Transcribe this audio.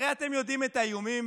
הרי אתם יודעים את האיומים